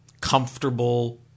comfortable